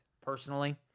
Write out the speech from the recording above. personally